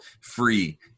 free